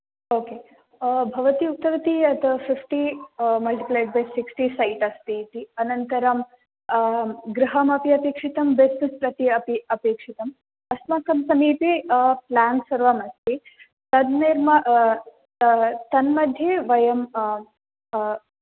okay भवती उक्तवती यत् fifty multiplied by sixty set अस्ति इति अनन्तरं गृहम् अपि अपेक्षितं बिस्नेस् अपि अपे अपेक्षितम् अस्माकं समीपे प्लान् सर्वम् अस्ति तन् निर्मा तन् मध्ये वयं